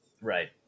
right